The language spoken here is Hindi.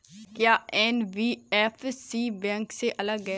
क्या एन.बी.एफ.सी बैंक से अलग है?